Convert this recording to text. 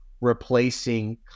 replacing